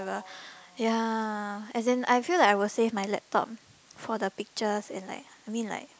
ya as in I feel like I will save my laptop for the pictures and like I mean like